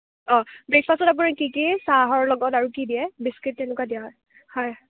অঁ ব্ৰেকফাষ্টত আপুনি কি কি চাহৰ লগত আৰু কি কি দিয়ে বিস্কুট তেনেকুৱা দিয়া হয় হয়